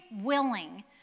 willing